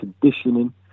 conditioning